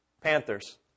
Panthers